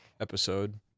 episode